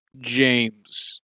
James